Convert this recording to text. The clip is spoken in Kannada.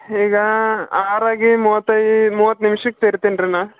ಈಗ ಆರಾಗಿ ಮೂವತ್ತೈದು ಮೂವತ್ತು ನಿಮಿಷಕ್ಕೆ ತೆರೀತೀನ್ರಿ ನಾನು